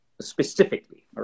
specifically